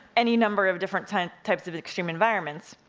any number of different types types of of extreme environments.